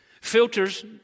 Filters